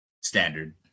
Standard